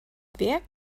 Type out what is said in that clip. wer